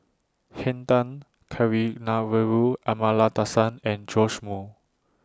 Henn Tan Kavignareru Amallathasan and Joash Moo